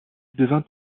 devint